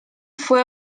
fue